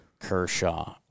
Kershaw